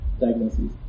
diagnoses